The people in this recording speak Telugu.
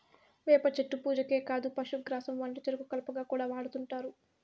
వేప చెట్టు పూజకే కాదు పశుగ్రాసం వంటచెరుకు కలపగా కూడా వాడుతుంటారు